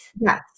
Yes